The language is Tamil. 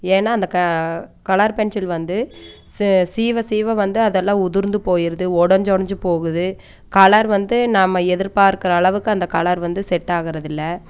ஏன்னா அந்த க கலர் பென்சில் வந்து சீவ சீவ வந்து அதெல்லாம் உதிர்ந்து போயிருது உடஞ்சி உடஞ்சி போகுது கலர் வந்து நாம எதிர் பார்க்கற அளவுக்கு அந்த கலர் வந்து செட்டாகுறதில்லை